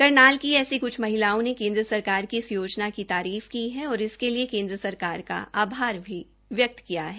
करनाल की ऐसी कुछ महिलाओं ने केन्द्र सरकार की इस योजना की तारीफकी है और इसके लिए केन्द्र सरकार का आभार भी व्यक्त किया है